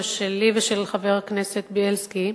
זה שלי ושל חבר הכנסת בילסקי.